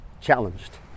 challenged